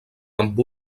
amb